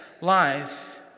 life